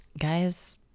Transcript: guys